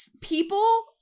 People